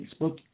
Facebook